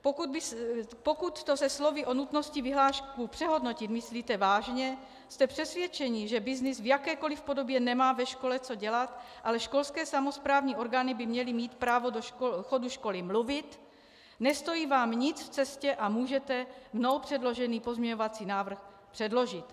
Pokud to slovy o nutnosti vyhlášku přehodnotit myslíte vážně, jste přesvědčeni, že byznys v jakékoliv podobě nemá ve škole co dělat, ale školské samosprávní orgány by měly mít právo do chodu školy mluvit, nestojí vám nic v cestě a můžete mnou předložený pozměňovací návrh předložit .